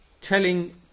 telling